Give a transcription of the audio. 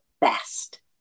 best